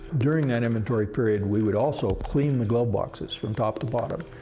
during that inventory period, we would also clean the glove boxes from top to bottom,